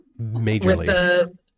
majorly